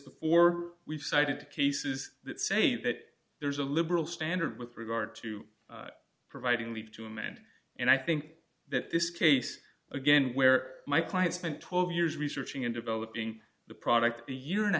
before we've cited cases that say that there's a liberal standard with regard to providing leave to amend and i think that this case again where my client spent twelve years researching and developing the product a year and a